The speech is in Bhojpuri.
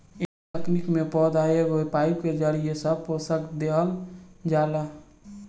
ए तकनीक में पौधा के एगो पाईप के जरिये सब पोषक देहल जाला